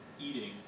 eating